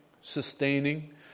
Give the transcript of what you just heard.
sustaining